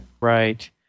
Right